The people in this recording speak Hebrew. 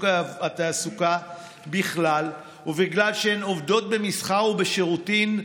התעסוקה בכלל בגלל שהן עובדות במסחר ובשירותים,